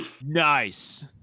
nice